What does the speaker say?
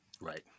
Right